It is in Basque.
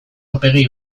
aurpegi